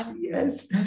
yes